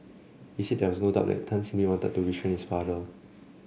he said there was no doubt that Tan simply wanted to restrain his father